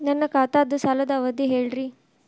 ನನ್ನ ಖಾತಾದ್ದ ಸಾಲದ್ ಅವಧಿ ಹೇಳ್ರಿ